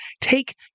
take